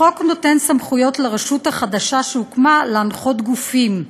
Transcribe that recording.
החוק נותן סמכויות לרשות החדשה שהוקמה להנחות גופים,